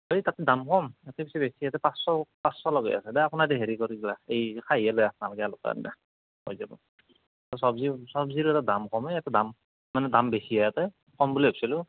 এই তাত দাম কম ইয়াতে বেছি আছে পাঁছশ পাঁছশ লগাই আছে দে অকণমান হেৰি কৰ এইগিলা এই খাহীয়ে লৈ আহ নালগে হৈ যাব চব্জি চব্জি অলপ দাম কমে এই ইয়াতে দাম কম মানে দাম বেছি ইয়াতে কম বুলি ভাবছিলোঁ